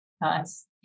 Nice